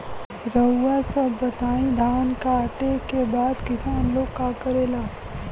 रउआ सभ बताई धान कांटेके बाद किसान लोग का करेला?